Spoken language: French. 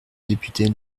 député